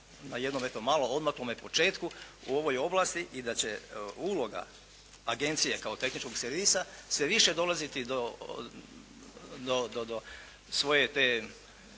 na jednom eto odmaklome početku u ovoj oblasti. I da će uloga agencije kao tehničkog servisa sve više dolaziti do svoje te